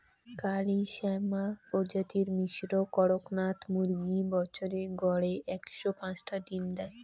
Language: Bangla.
কারি শ্যামা প্রজাতির মিশ্র কড়কনাথ মুরগী বছরে গড়ে একশো পাঁচটা ডিম দ্যায়